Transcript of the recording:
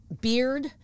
beard